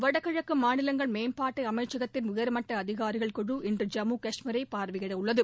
வடகிழக்கு மாநிலங்கள் மேம்பாட்டு அமைச்சகத்தின் உயர்மட்ட அதிகாரிகள் குழு இன்று ஜம்மு காஷ்மீரை பார்வையிட உள்ளது